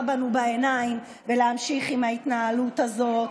בנו בעיניים ולהמשיך עם ההתנהלות הזאת.